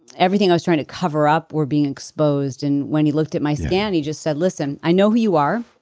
everything i was trying to cover up were being exposed. and when he looked at my scan he just said, listen, i know who you are